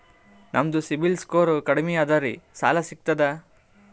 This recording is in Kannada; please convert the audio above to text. ನಮ್ದು ಸಿಬಿಲ್ ಸ್ಕೋರ್ ಕಡಿಮಿ ಅದರಿ ಸಾಲಾ ಸಿಗ್ತದ?